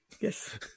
Yes